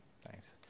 Thanks